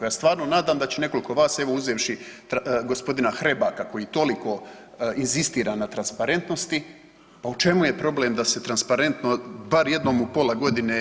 Ja se stvarno nadam da će nekoliko vas evo uzevši gospodina Hrebaka koji toliko inzistira na transparentnosti, pa u čemu je problem da se transparentno bar jednom u pola godine.